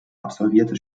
absolvierte